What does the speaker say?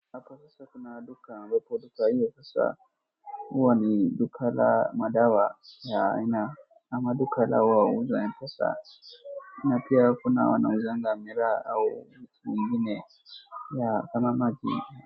Hapo sasa kuna duka ambapo duka hii sasa huwa ni duka la madawa ya aina ama duka la kuuza pesa. Na pia kuna wanauza miraa au vitu vingine vya kama maji.